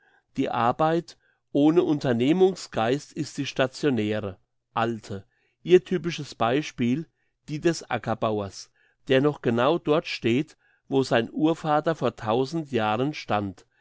die arbeit ohne unternehmungsgeist ist die stationäre alte ihr typisches beispiel die des ackerbauers der noch genau dort steht wo sein urvater vor tausend jahren stand